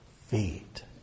feet